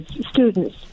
students